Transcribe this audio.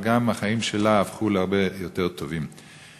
אבל גם החיים שלה הפכו להרבה יותר טובים.